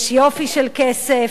יש יופי של כסף,